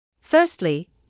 Firstly